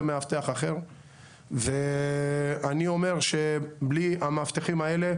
מאבטח אחר ואני אומר שבלי המאבטחים האלה,